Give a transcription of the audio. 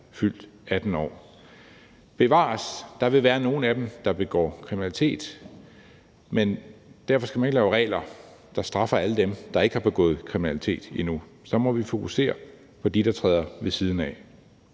fyldt 18 år. Bevares, der vil være nogle af dem, der begår kriminalitet, men derfor skal man ikke lave regler, der straffer alle dem, der ikke har begået kriminalitet endnu. Så må vi fokusere på dem, der træder ved siden af.